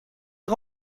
est